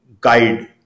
guide